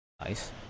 Nice